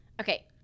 Okay